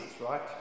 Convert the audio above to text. right